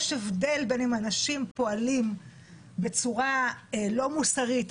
יש הבדל אם אנשים פועלים בצורה לא מוסרית,